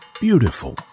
beautiful